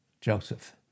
Joseph